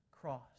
cross